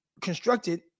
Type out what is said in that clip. constructed